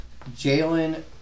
Jalen